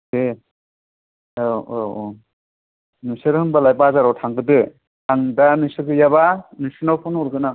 दे औ औ औ नोंसोर होनबालाय बाजाराव थांग्रोदो आं दा नोंसोर गैयाब नोंसिनाव फन हरगोन आं